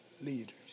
leaders